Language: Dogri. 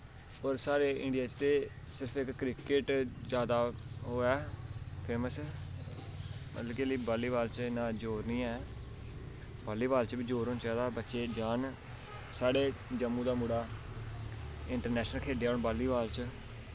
होर साढ़े इंडिया च ते सिर्फ इक क्रिकेट जादा ओह् ऐ फेमस मतलब के बाली बाल च इन्ना जोर निं ऐ बाली बाल च बी जोर होना चाहिदा बच्चे जान साढ़े जम्मू दा मुड़ा इंन्ट्रनैशनल खेढेआ हून बाली बाल च